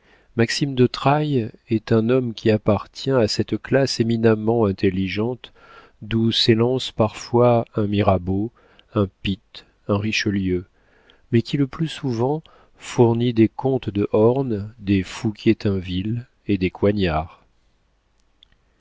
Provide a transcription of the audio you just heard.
maxime de trailles est un homme qui appartient à cette classe éminemment intelligente d'où s'élancent parfois un mirabeau un pitt un richelieu mais qui le plus souvent fournit des comtes de horn des fouquier-tinville et des coignard